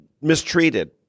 mistreated